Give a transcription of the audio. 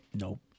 Nope